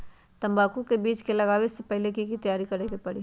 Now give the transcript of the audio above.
तंबाकू के बीज के लगाबे से पहिले के की तैयारी करे के परी?